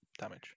damage